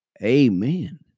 Amen